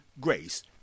grace